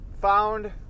found